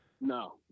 No